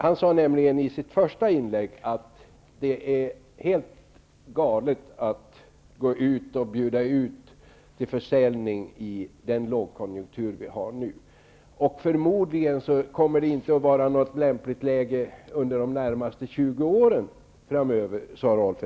Han sade nämligen i sitt första inlägg att det är helt galet att bjuda ut företag till försäljning i nuvarande lågkonjunktur och att det förmodligen inte kommer att vara något lämpligt läge under de närmaste 20 åren framöver.